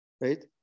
right